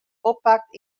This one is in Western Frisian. oppakt